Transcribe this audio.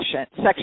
section